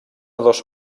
dos